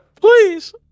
please